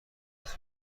سرخ